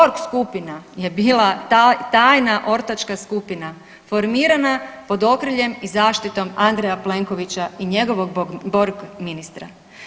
Borg skupina je bila tajna ortačka skupina formirana pod okriljem i zaštitom Andreja Plenkovića i njegovog Borg ministra.